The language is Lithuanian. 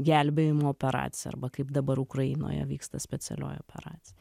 gelbėjimo operacija arba kaip dabar ukrainoje vyksta specialioji operacija